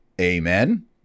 Amen